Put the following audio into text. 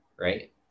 right